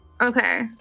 Okay